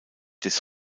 des